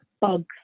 bugs